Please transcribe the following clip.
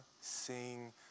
sing